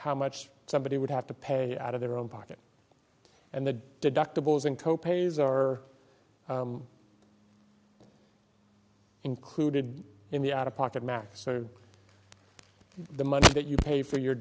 how much somebody would have to pay out of their own pocket and the deductibles and co pays or included in the out of pocket max are the money that you pay for your